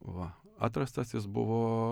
va atrastas jis buvo